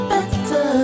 Better